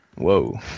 whoa